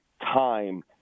time